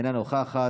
אינה נוכחת.